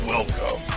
Welcome